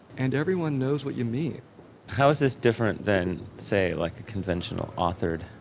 and everyone knows what you mean how is this different than, say, like a conventional, authored